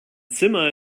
zimmer